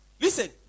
Listen